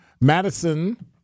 Madison